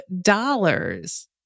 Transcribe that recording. dollars